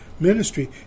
ministry